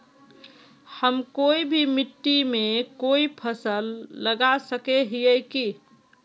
हम कोई भी मिट्टी में कोई फसल लगा सके हिये की?